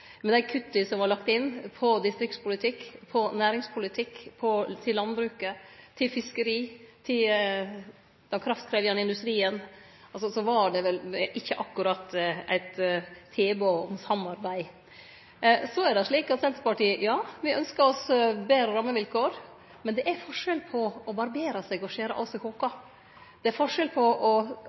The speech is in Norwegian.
Med dei kutta som var lagt inn på distriktspolitikk, på næringspolitikk, til landbruket, til fiskeri og til den kraftkrevjande industrien, var det vel ikkje akkurat eit tilbod om samarbeid. Me i Senterpartiet ynskjer oss betre rammevilkår, men det er forskjell på å barbere seg og å skjære av seg haka. Det er forskjell på å